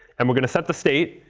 and we're going to set the state.